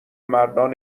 مردان